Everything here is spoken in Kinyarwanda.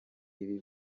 ibi